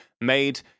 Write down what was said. made